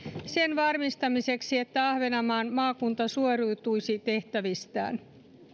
sen varmistamiseksi että ahvenanmaan maakunta suoriutuisi tehtävistään